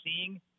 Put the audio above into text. seeing